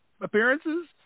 appearances